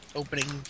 opening